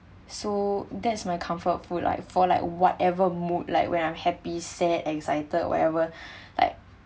so that's my comfort food like for like whatever mood like when I'm happy sad excited whatever like